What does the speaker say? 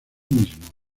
mismo